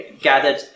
gathered